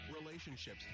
relationships